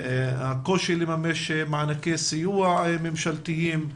הקושי לממש מענקי סיוע ממשלתיים,